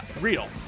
Real